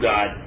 God